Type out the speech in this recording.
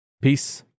Peace